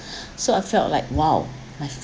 so I felt like !wow! my